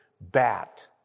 bat